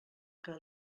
que